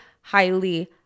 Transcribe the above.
highly